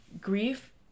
grief